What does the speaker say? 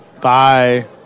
Bye